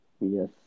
Yes